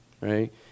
right